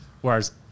Whereas